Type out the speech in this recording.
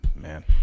Man